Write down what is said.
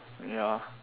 ya